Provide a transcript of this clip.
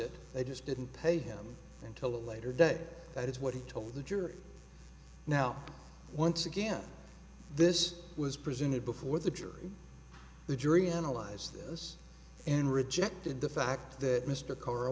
it they just didn't pay him until a later day that is what he told the jury now once again this was presented before the jury the jury analyzed this and rejected the fact that mr